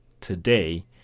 today